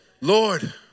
Lord